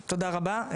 רבה.